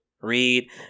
Read